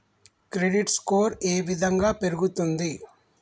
Credit score ఏ విధంగా పెరుగుతుంది?